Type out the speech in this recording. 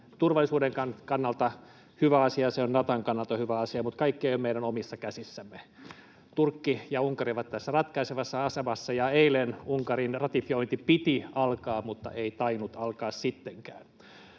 turvallisuuden kannalta hyvä asia, se on Naton kannalta hyvä asia. Mutta kaikki ei ole meidän omissa käsissämme. Turkki ja Unkari ovat tässä ratkaisevassa asemassa, ja eilen Unkarin ratifioinnin piti alkaa, mutta ei tainnut alkaa sittenkään.